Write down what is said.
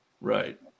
Right